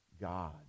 God